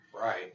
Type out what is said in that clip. Right